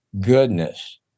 goodness